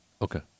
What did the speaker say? Okay